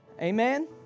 Amen